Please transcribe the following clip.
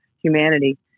humanity